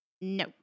no